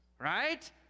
Right